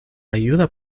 ayuda